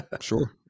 sure